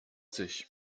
sich